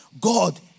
God